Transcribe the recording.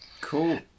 Cool